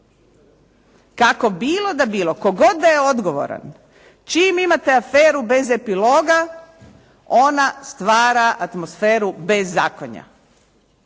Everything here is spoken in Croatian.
Kako bilo da bilo, tko god da je odgovoran. Čim imate aferu bez epiloga, ona stvara atmosferu bezakonja,